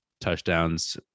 touchdowns